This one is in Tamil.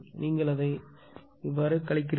நீங்கள் அதை அதிலிருந்து கழிக்கவும்